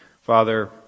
Father